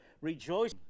rejoice